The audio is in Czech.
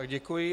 Děkuji.